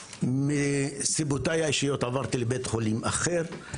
החמישית שלי שאני יושב מטעמים כאלה ואחרים בוועדה הזאת,